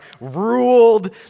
ruled